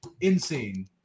insane